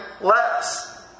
less